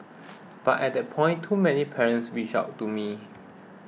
but at that point too many parents reached out to me